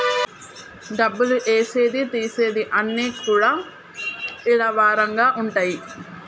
డబ్బులు ఏసేది తీసేది అన్ని కూడా ఇలా వారంగా ఉంటయి